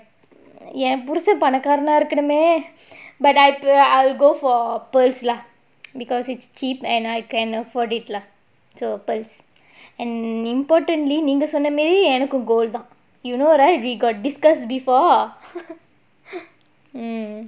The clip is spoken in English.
but ya புருஷன் தலை கீழ நிக்கனுமே:purushan thalai kila nikkanumae but I I will go for pearls lah because it's cheap and I can afford it lah so pearls and importantly நீங்க சொன்ன மாதிரி எனக்கு:neenga sonna maadhiri enakku you know right we got discussed before